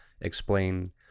explain